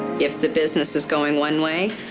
if the business is going one way,